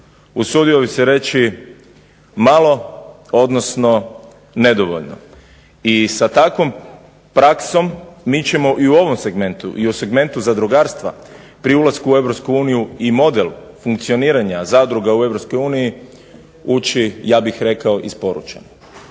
Usudio bih se reći malo, odnosno nedovoljno. I sa takvom praksom mi ćemo i u ovom segmentu i u segmentu zadrugarstva pri ulasku u Europsku uniju i model funkcioniranja zadruge u Europskoj uniji ući ja bih rekao isporučeno.